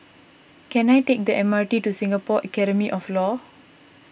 can I take the M R T to Singapore Academy of Law